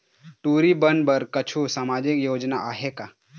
टूरी बन बर कछु सामाजिक योजना आहे का?